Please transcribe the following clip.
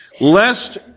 lest